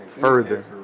further